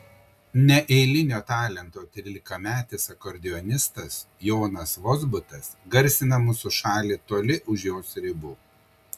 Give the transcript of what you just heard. neeilinio talento trylikametis akordeonistas jonas vozbutas garsina mūsų šalį toli už jos ribų